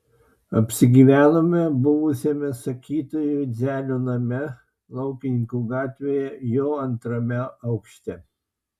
apsigyvenome buvusiame sakytojo idzelio name laukininkų gatvėje jo antrame aukšte